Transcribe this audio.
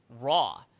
raw